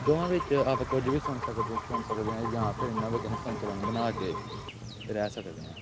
ਦੋਵਾਂ ਵਿੱਚ ਆਪਾਂ ਕੁਝ ਵੀ ਸੁਣ ਸਕਦੇ ਚੁਣ ਸਕਦੇ ਹਾਂ ਜਾਂ ਫਿਰ ਇਹਨਾਂ ਵਿੱਚ ਨਾ ਸੰਤੁਲਨ ਬਣਾ ਕੇ ਰਹਿ ਸਕਦੇ ਹਾਂ